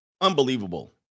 unbelievable